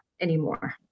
anymore